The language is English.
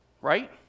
Right